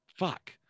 Fuck